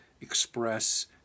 express